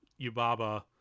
Yubaba